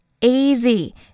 easy